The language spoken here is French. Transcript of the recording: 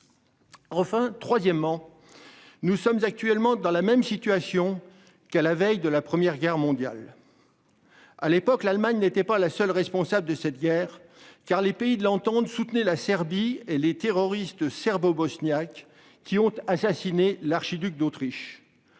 Enfin troisièmement. Nous sommes actuellement dans la même situation qu'à la veille de la première guerre mondiale. À l'époque l'Allemagne n'était pas la seule responsable de cette guerre car les pays de l'entente soutenez la Serbie et les terroristes serbo- bosniaques qui ont assassiné l'archiduc d'Autriche.